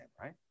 right